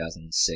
2006